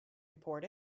report